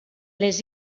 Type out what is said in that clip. les